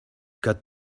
got